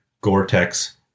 Gore-Tex